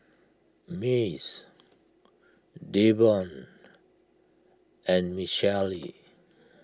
Mace Davon and Michaele